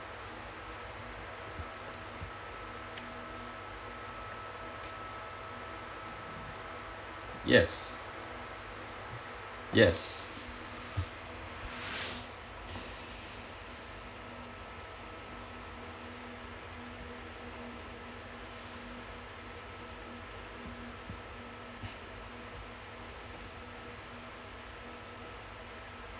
yes yes